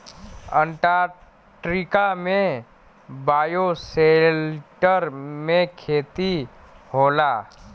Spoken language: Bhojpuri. अंटार्टिका में बायोसेल्टर में ही खेती होला